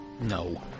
No